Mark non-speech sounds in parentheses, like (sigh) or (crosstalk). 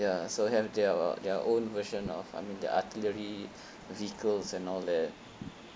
ya so have their their own version of I mean the artillery (breath) vehicles and all that